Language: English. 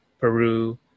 Peru